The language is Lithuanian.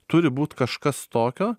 turi būt kažkas tokio